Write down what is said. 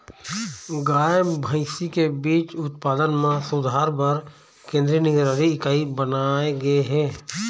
गाय, भइसी के बीज उत्पादन म सुधार बर केंद्रीय निगरानी इकाई बनाए गे हे